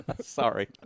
sorry